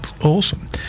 Awesome